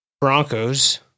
Broncos